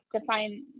define